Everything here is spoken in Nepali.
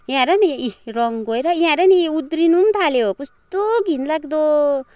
यहाँ हेर न यी रङ गएर यहाँ हेर न इ उध्रिनु पनि थाल्यो कस्तो घिनलाग्दो